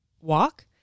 walk